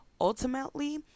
Ultimately